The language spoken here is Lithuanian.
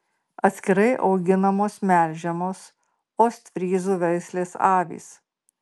atskirai auginamos melžiamos ostfryzų veislės avys